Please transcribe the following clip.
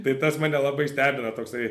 tai tas mane labai stebina toksai